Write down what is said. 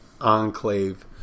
enclave